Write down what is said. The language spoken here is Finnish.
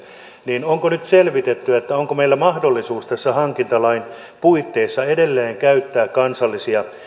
niin onko nyt selvitetty onko meillä mahdollisuus tässä hankintalain puitteissa edelleen käyttää kansallisia